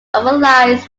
overlies